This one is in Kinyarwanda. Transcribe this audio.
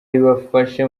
ibafashe